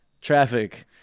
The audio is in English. traffic